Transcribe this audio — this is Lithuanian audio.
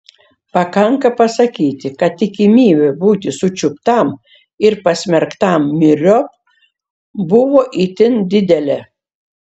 pakanka pasakyti kad tikimybė būti sučiuptam ir pasmerktam myriop buvo itin didelė